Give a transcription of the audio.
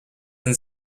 and